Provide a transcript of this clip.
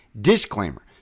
Disclaimer